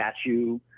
Statue